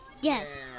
Yes